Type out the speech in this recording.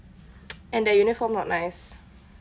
and their uniform not nice